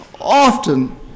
often